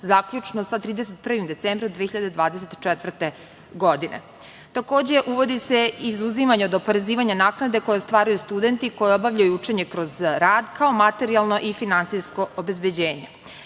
zaključno sa 31. decembrom 2024. godine. Takođe, uvodi se izuzimanje od oporezivanja naknade koje ostvaruju studenti koji obavljaju učenje kroz rad, kao materijalno i finansijsko obezbeđenje. Sva